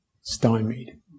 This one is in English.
stymied